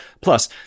plus